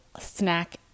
snack